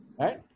Right